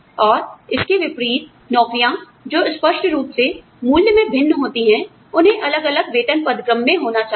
और इसके विपरीत नौकरियां जो स्पष्ट रूप से मूल्य में भिन्न होती हैं उन्हें अलग अलग वेतन पदक्रम में होना चाहिए